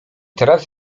teraz